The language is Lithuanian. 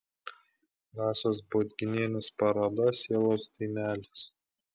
rasos budginienės paroda sielos dainelės